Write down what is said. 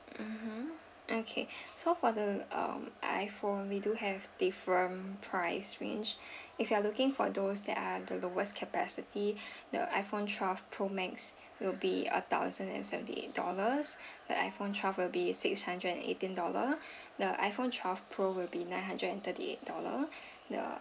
mmhmm okay so for the uh iphone we do have different price range if you are looking for those that are the lowest capacity the iphone twelve pro max will be a thousand and seventy eight dollars the iphone twelve will be six hundred and eighteen dollar the iphone twelve pro will be nine hundred and thirty eight dollar the